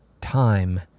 time